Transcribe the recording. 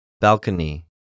Balcony